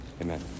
Amen